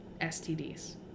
stds